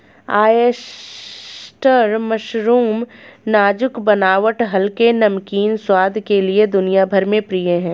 oyster mushroom नाजुक बनावट हल्के, नमकीन स्वाद के लिए दुनिया भर में प्रिय है